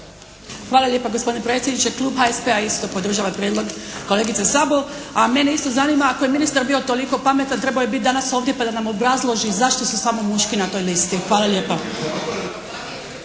Hvala lijepa gospodine predsjedniče. Klub HSP-a isto podržava prijedlog kolegice Sobol. A mene isto zanima ako je ministar bio toliko pametan trebao je biti danas ovdje pa da nam obrazloži zašto su samo muški na toj listi. Hvala lijepa.